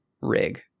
Rig